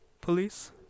police